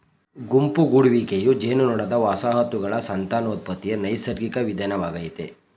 ಗುಂಪು ಗೂಡುವಿಕೆಯು ಜೇನುನೊಣದ ವಸಾಹತುಗಳ ಸಂತಾನೋತ್ಪತ್ತಿಯ ನೈಸರ್ಗಿಕ ವಿಧಾನವಾಗಯ್ತೆ